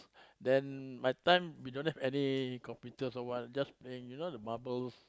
then my time we don't have any computers or what just playing you know the marbles